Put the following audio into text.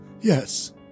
Yes